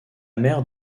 mère